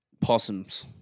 possums